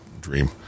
dream